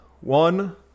One